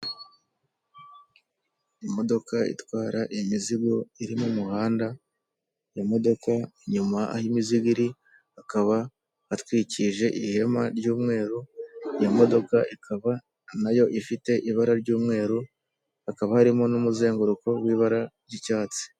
Imodoka itwara imizigo iri mu umuhanda. Iyo modoka inyuma aho imizigo iri akaba atwikije ihema ry'umweru, iyo modoka ikaba nayo ifite ibara ry'umweru, hakaba harimo n'umuzenguruko w'ibara ry'icyatsi.